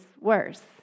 worse